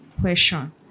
question